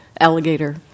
alligator